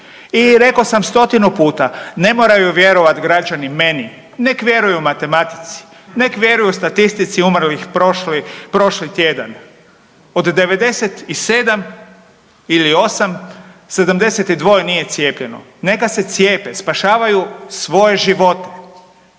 i rekao sam stotinu puta ne moraju vjerovat građani meni nek vjeruju matematici, nek vjeruju statistici umrlih prošli tjedan. Od 97 ili osam 72 nije cijepljeno. Neka se cijepe, spašavaju svoje živote.